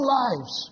lives